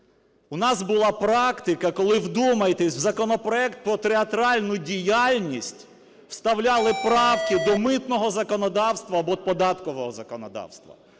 У нас була практика, коли, вдумайтесь, в законопроект про театральну діяльність вставляли правки до митного законодавства або податкового законодавства